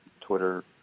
Twitter